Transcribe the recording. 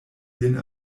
lin